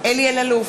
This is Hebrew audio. אלי אלאלוף,